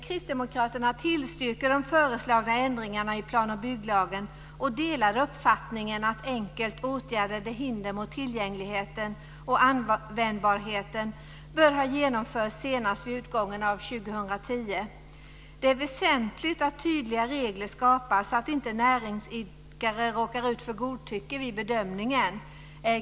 Kristdemokraterna tillstyrker de föreslagna ändringarna i plan och bygglagen och delar uppfattningen att enkelt åtgärdade hinder mot tillgängligheten och användbarheten bör ha genomförts senast vid utgången av år 2010. Det är väsentligt att tydliga regler skapas, så att inte näringsidkare råkar ut för godtycke vid bedömningen.